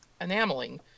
enameling